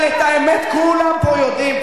אבל את האמת כולם פה יודעים,